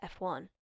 F1